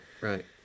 Right